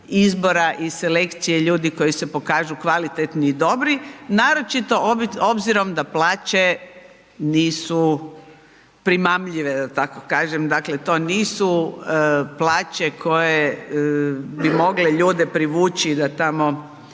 izbora i selekcije ljudi koji se pokažu kvalitetni i dobri naročito obzirom da plaće nisu primamljive da tako kažem, dakle to nisu plaće koje bi mogle ljude privući da tamo